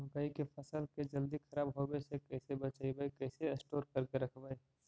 मकइ के फ़सल के जल्दी खराब होबे से कैसे बचइबै कैसे स्टोर करके रखबै?